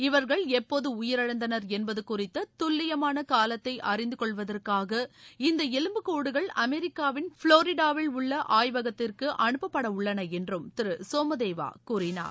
இவர்கள் எப்போது உயிரிழந்தனர் என்பது குறித்த துல்லியமான காலத்தை அறிந்து கொள்வதற்காக எலும்புக்கூடுகள் அமெரிக்காவின் புளோரிடாவில் உள்ள ஆய்வகத்திற்கு அனுப்பப்படவுள்ளன இந்த என்றும் திரு சோமதேவா கூறினார்